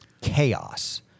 chaos